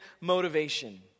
motivation